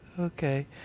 Okay